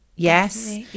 Yes